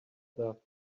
dough